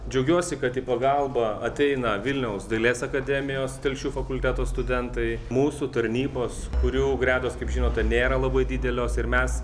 džiaugiuosi kad į pagalbą ateina vilniaus dailės akademijos telšių fakulteto studentai mūsų tarnybos kurių gretos kaip žinote nėra labai didelios ir mes